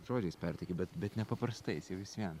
žodžiais perteiki bet bet nepaprastais jie vis vien